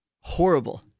horrible